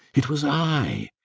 it was i!